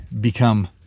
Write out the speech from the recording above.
become